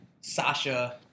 Sasha